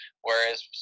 whereas